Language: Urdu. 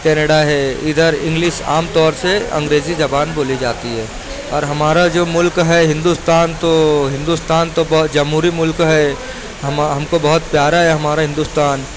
کینڈا ہے ادھر انگلش عام طور سے انگریزی زبان بولی جاتی ہے اور ہمارا جو ملک ہے ہندوستان تو ہندوستان تو جمہوری ملک ہے ہم ہم کو بہت پیارا ہے ہمارا ہندوستان